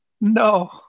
No